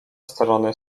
strony